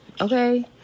okay